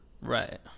Right